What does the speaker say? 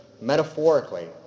metaphorically